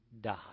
die